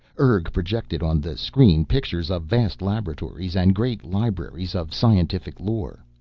urg projected on the screen pictures of vast laboratories and great libraries of scientific lore.